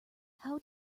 how